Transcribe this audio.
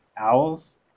owls